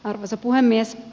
arvoisa puhemies